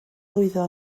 lwyddo